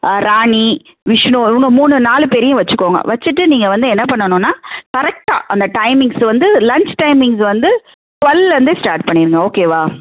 ராணி விஷ்ணு இவங்க மூணு நாலு பேரையும் வச்சுக்கோங்க வச்சுட்டு நீங்கள் வந்து என்ன பண்ணணுன்னா கரெக்டாக அந்த டைமிங்ஸ் வந்து லஞ்ச் டைமிங்ஸ் வந்து டுவெல்லருந்து ஸ்டார்ட் பண்ணிருங்க ஓகேவா